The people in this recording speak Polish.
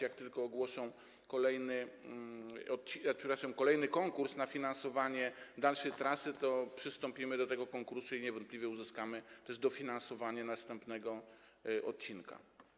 Jak tylko ogłoszą kolejny konkurs na finansowanie dalszej trasy, to przystąpimy do tego konkursu i niewątpliwie uzyskamy też dofinansowanie następnego odcinka.